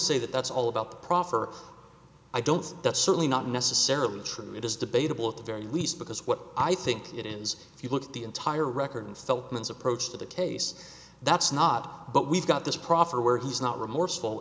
say that that's all about the proffer i don't that's certainly not necessarily true it is debatable at the very least because what i think it is if you look at the entire record and felt men's approach to the case that's not but we've got this proffer where he's not remorseful